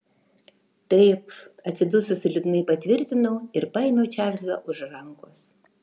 taip atsidususi liūdnai patvirtinau ir paėmiau čarlzą už rankos